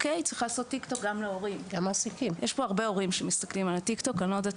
יש גם הרבה הורים שמסתכלים ב- Tik-Tok אני לא יודעת